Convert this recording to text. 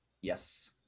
Yes